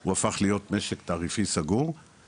הוא הפך להיות משק תעריפי סגור,